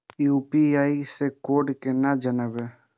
UPI से code केना जानवै?